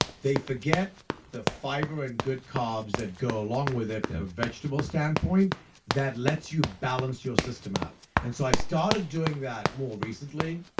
they forget the fiber and good carbs that go along with it from a vegetable standpoint that lets you balance your system out. and so i started doing that more recently